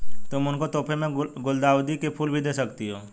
तुम उनको तोहफे में गुलाउदी के फूल भी दे सकती हो